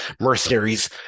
mercenaries